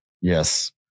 Yes